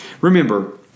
Remember